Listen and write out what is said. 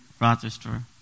Rochester